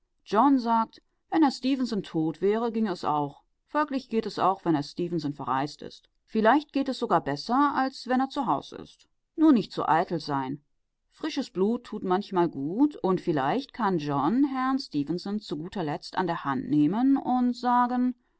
john sagt wenn herr stefenson tot wäre ginge es auch folglich geht es auch wenn herr stefenson verreist ist vielleicht geht es sogar besser als wenn er zu haus ist nur nicht zu eitel sein frisches blut tut manchmal gut und vielleicht kann john herrn stefenson zu guter letzt an der hand nehmen und sagen